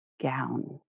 gown